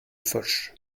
foch